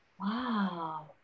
Wow